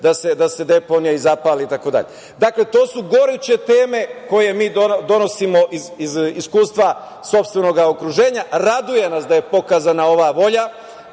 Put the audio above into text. da se deponija i zapali itd. Dakle, to su goruće teme koje mi donosimo iz iskustva sopstvenog okruženja. Raduje nas da je pokazana ova volja,